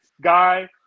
guy